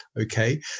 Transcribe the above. okay